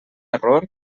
error